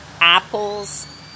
apples